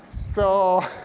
so,